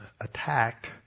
attacked